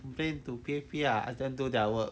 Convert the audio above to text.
complain to P_A_P lah ah then do their work